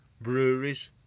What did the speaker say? breweries